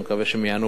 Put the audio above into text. אני מקווה שהם יענו